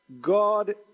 God